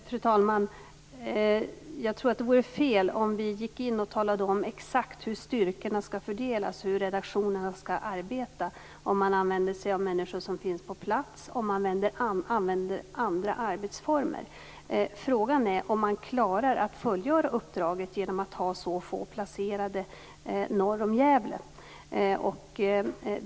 Fru talman! Jag tror att det vore fel om vi gick in och talade om exakt hur styrkorna skall fördelas, hur redaktionerna skall arbeta - om man använder sig av människor som finns på plats eller om man använder andra arbetsformer. Frågan är om man klarar att fullgöra uppdraget genom att ha så få placerade norr om Gävle.